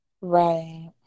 Right